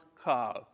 car